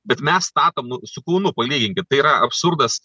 bet mes statom nu su kaunu palyginkit tai yra absurdas